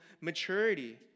maturity